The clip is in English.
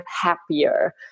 happier